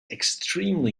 extremely